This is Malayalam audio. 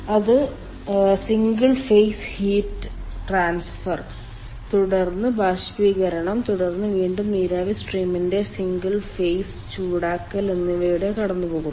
അത് സിംഗിൾ ഫേസ് ഹീറ്റ് ട്രാൻസ്ഫർ തുടർന്ന് ബാഷ്പീകരണം തുടർന്ന് വീണ്ടും നീരാവി സ്ട്രീമിന്റെ സിംഗിൾ ഫേസ് ചൂടാക്കൽ എന്നിവയിലൂടെ കടന്നുപോകുന്നു